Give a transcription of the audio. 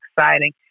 exciting